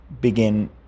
begin